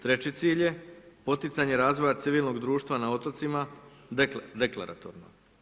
Treći cilj je poticanje razvoja civilnog društva na otocima deklaratorno.